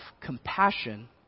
compassion